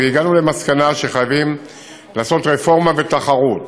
והגענו למסקנה שחייבים לעשות רפורמה ותחרות.